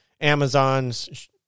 Amazon's